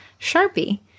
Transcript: Sharpie